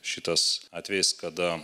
šitas atvejis kada